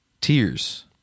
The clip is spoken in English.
tears